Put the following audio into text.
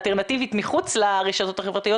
האלטרנטיבית מחוץ לרשתות החברתיות.